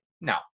No